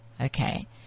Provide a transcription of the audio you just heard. okay